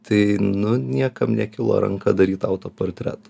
tai nu niekam nekilo ranka daryt autoportretų